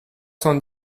cent